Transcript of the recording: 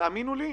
תאמינו לי,